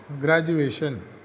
graduation